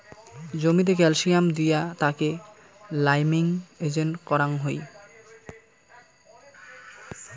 জমিতে ক্যালসিয়াম দিয়া তাকে লাইমিং এজেন্ট করাং হই